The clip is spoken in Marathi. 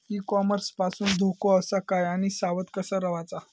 ई कॉमर्स पासून धोको आसा काय आणि सावध कसा रवाचा?